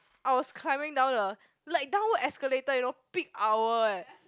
I was climbing down the like downward escalator you know peak hour eh